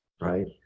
right